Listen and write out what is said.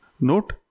Note